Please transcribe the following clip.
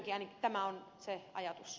ainakin tämä on se ajatus